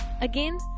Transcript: Again